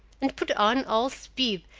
and put on all speed,